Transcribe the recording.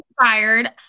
inspired